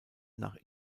nach